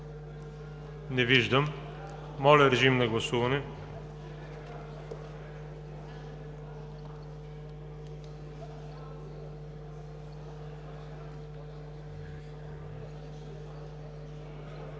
Не виждам. Моля, режим на гласуване.